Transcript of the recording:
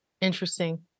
Interesting